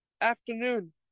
afternoon